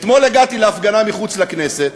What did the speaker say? אתמול הגעתי להפגנה מחוץ לכנסת,